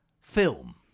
film